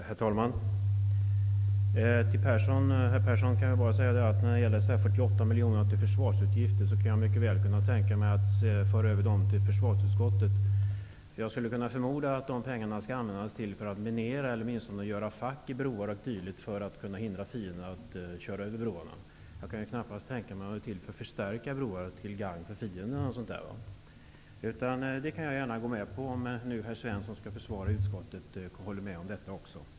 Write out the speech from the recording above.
Herr talman! Till herr Persson kan jag bara säga, att när det gäller 48 miljoner i försvarsutgifter kan jag mycket väl tänka mig att föra över dem till försvarsutskottet. Jag förmodar att de pengarna skall användas för att minera eller åtminstone göra fack i broar m.m. för att hindra fienden att köra över broarna. Jag kan knappast tänka mig att pengarna är till för att förstärka broarna, till gagn för fienden. Jag kan gå med på det, om herr Svensk också håller med om detta.